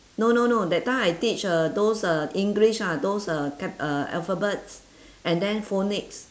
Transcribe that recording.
no no no that time I teach uh those uh english ah those uh cap~ uh alphabets and then phonics